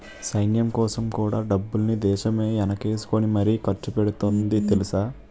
సైన్యంకోసం కూడా డబ్బుల్ని దేశమే ఎనకేసుకుని మరీ ఖర్చుపెడతాంది తెలుసా?